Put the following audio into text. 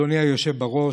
אדוני היושב בראש,